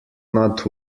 not